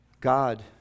God